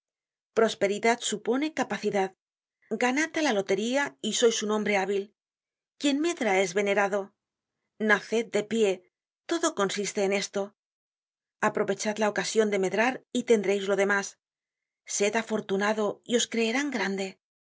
prosperidad supone capacidad ganad á la lotería y sois un hombre hábil quien medra es venerado naced de pié todo consiste en esto aprovechad la ocasion de medrar y tendreis lo demás sed afortunado y os creerán grande